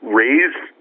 raised –